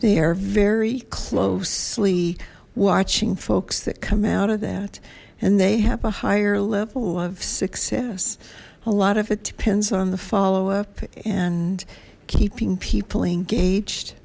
they are very closely watching folks that come out of that and they have a higher level of success a lot of it depends on the follow up and keeping people engaged